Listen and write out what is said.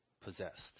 possessed